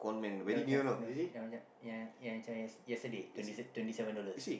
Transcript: yang macam yang macam yang yang macam yes~ yesterday twenty seven twenty seven dollars